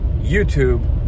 YouTube